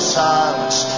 silence